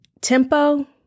tempo